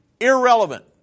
Irrelevant